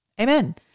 amen